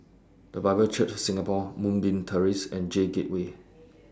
The Bible Church Singapore Moonbeam Terrace and J Gateway